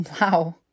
Wow